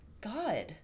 God